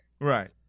Right